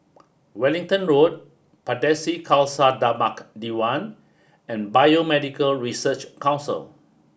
Wellington Road Pardesi Khalsa Dharmak Diwan and Biomedical Research Council